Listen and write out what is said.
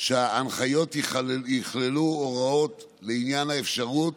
שההנחיות יכללו הוראות לעניין האפשרות